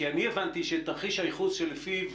כי אני הבנתי שאת תרחיש הייחוס שלפיו